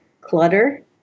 Clutter